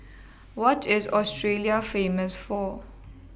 What IS Australia Famous For